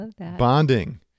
bonding